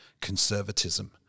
conservatism